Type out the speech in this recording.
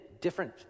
different